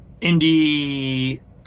indie